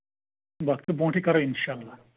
وقتہٕ برونٹھٕے کَرو انشاءاللہ